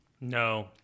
no